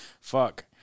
Fuck